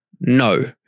No